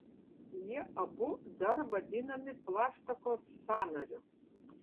jie abu dar vadinami plaštakos sąnariu